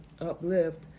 uplift